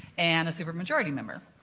and a super majority member.